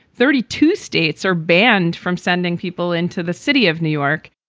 thirty two states are banned from sending people into the city of new york?